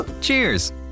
Cheers